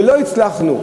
ולא הצלחנו,